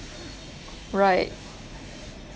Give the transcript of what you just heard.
right